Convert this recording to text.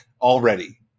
already